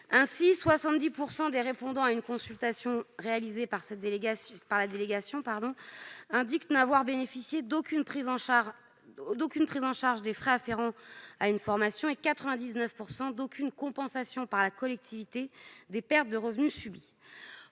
Ainsi, 70 % des répondants à la consultation réalisée par la délégation indiquent n'avoir bénéficié d'aucune prise en charge des frais afférents à une formation et 99 % d'aucune compensation par la collectivité des pertes de revenus subies.